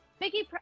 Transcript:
Mickey